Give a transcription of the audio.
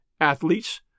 athletes